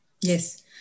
yes